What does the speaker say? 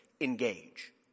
engage